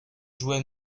jouer